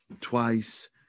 twice